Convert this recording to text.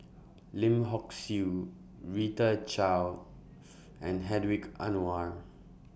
Lim Hock Siew Rita Chao and Hedwig Anuar